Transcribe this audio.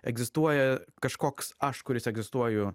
egzistuoja kažkoks aš kuris egzistuoju